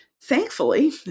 thankfully